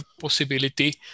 possibility